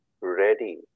ready